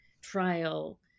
trial